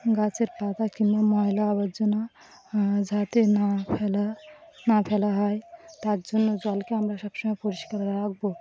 গাছের পাতা কিংবা ময়লা আবর্জনা যাতে না ফেলা না ফেলা হয় তার জন্য জলকে আমরা সবসময় পরিষ্কার রাখবো